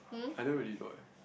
I don't really know leh